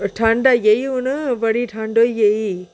ठंड आई गेई हून बड़ी ठंड होई गेई